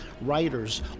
writers